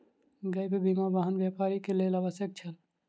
gap बीमा, वाहन व्यापारी के लेल आवश्यक छल